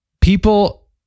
People